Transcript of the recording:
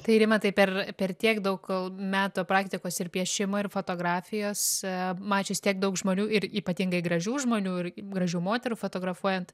tai rimantai per per tiek daug metų praktikos ir piešimo ir fotografijos mačius tiek daug žmonių ir ypatingai gražių žmonių ir gražių moterų fotografuojant